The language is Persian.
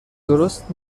درست